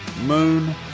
Moon